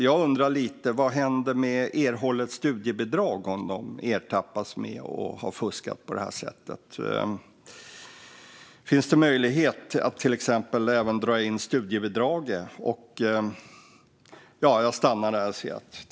Jag undrar vad som händer med erhållet studiebidrag om de ertappas med att ha fuskat på det här sättet. Finns det möjlighet att även dra in studiebidraget?